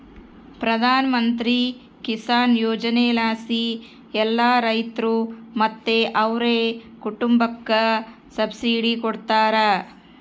ಪ್ರಧಾನಮಂತ್ರಿ ಕಿಸಾನ್ ಯೋಜನೆಲಾಸಿ ಎಲ್ಲಾ ರೈತ್ರು ಮತ್ತೆ ಅವ್ರ್ ಕುಟುಂಬುಕ್ಕ ಸಬ್ಸಿಡಿ ಕೊಡ್ತಾರ